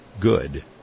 good